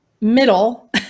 middle